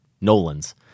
Nolan's